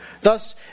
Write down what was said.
Thus